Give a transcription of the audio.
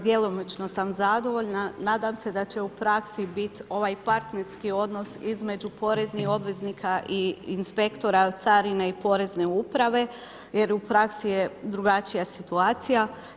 Djelomično sam zadovoljna, nadam se da će u praksi biti ovaj partnerski odnos između poreznih obveznika i inspektora, carine i porezne uprave, jer u praksi je drugačija situacija.